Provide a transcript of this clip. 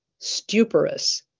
stuporous